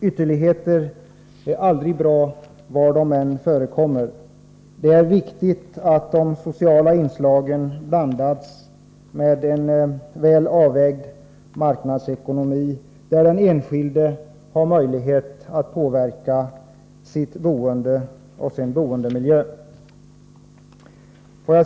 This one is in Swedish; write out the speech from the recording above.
Ytterligheter är aldrig bra, var de än förekommer. Det är viktigt att de sociala inslagen blandas med en väl avvägd marknadsekonomi, där den enskilde har möjlighet att påverka sitt boende och sin boendemiljö. Det är det senare som centern står för.